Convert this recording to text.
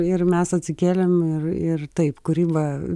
ir mes atsikėlėm ir ir taip kūryba